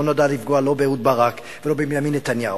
היא לא נועדה לפגוע לא באהוד ברק ולא בבנימין נתניהו,